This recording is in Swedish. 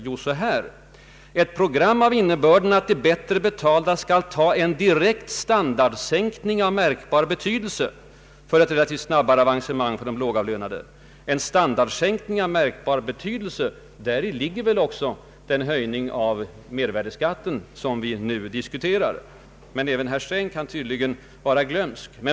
Jo, så här: ”Ett program av innebörden att de bättre betalda skall ta en direkt standardsänkning av märkbar betydelse för ett relativt snabbare avancemang för de lågavlönade”, utgör icke ”praktisk politik”. En standardsänkning av märkbar betydelse! Till följd av både marginalskattehöjning och höjning av mervärdeskatten! även herr Sträng kan tydligen vara glömsk.